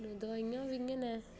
दोआइयां बी इ'यै नै न